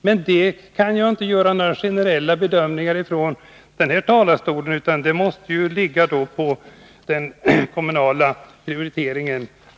Men jag kan inte göra några generella bedömningar om detta från den här talarstolen, utan det är kommunerna som måste göra dessa prioriteringar.